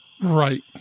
Right